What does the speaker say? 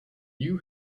you